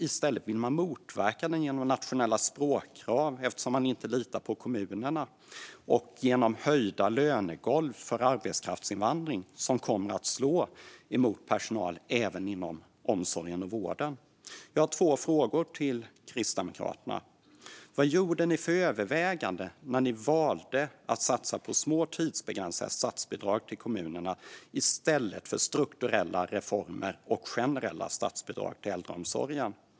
I stället vill man, eftersom man inte litar på kommunerna, motverka den genom att införa nationella språkkrav och höjda lönegolv för arbetskraftsinvandring. Det kommer att slå mot personal även inom omsorgen och vården. Jag har två frågor till Kristdemokraterna. Vilka överväganden gjorde ni när ni valde att satsa på små, tidsbegränsade statsbidrag till kommunerna i stället för strukturella reformer och generella statsbidrag till äldreomsorgen?